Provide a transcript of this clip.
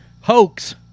hoax